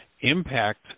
impact